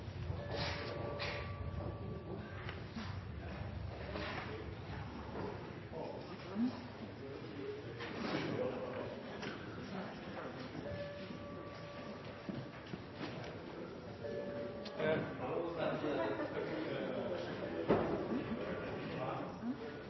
til å vente